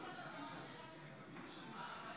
בעד,